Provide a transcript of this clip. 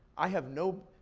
i have no